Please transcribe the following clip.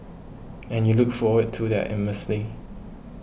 and you look forward to that immensely